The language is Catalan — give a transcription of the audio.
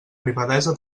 privadesa